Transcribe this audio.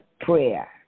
prayer